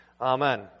amen